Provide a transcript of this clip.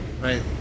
right